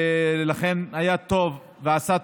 ולכן היה טוב ועשה טוב,